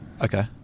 Okay